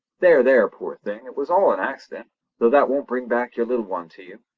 there! there! poor thing, it was all an accident though that won't bring back your little one to you.